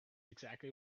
exactly